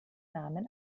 namen